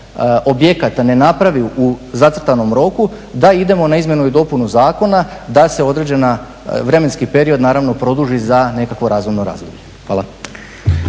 objekata ne napravi zacrtanom roku, da idemo na izmjenu i dopunu zakona da se određena, vremenski period naravno produži za nekakvo razumno razdoblje. Hvala.